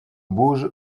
bougent